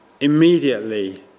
Immediately